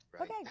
okay